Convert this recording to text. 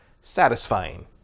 satisfying